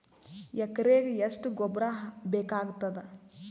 ಎಕರೆಗ ಎಷ್ಟು ಗೊಬ್ಬರ ಬೇಕಾಗತಾದ?